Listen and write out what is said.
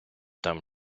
там